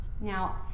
Now